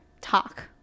talk